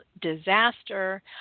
disaster